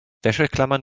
wäscheklammern